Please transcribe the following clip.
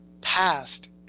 past